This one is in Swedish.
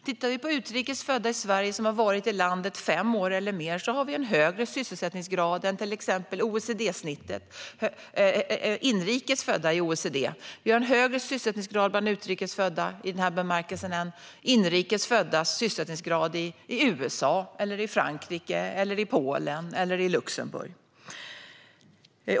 För utrikes födda som har varit i Sverige fem år eller mer har vi en högre sysselsättningsgrad än genomsnittet för inrikes födda i OECD. Vi har en högre sysselsättningsgrad för utrikes födda än vad de har för inrikes födda i USA, Frankrike, Polen och Luxemburg.